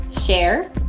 share